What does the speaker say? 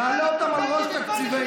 נעלה אותם על ראש תקציבנו.